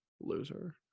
loser